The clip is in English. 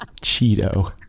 Cheeto